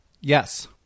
yes